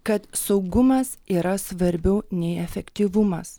kad saugumas yra svarbiau nei efektyvumas